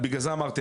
בגלל זה אמרתי,